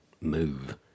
move